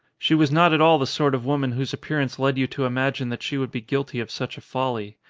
she was not at all the sort of woman whose appearance led you to imagine that she would be guilty of such a folly.